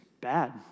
bad